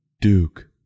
Duke